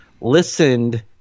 listened